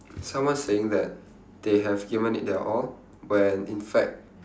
someone saying that they have given it their all when in fact